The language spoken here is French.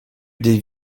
des